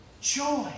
Joy